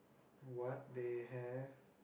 what they have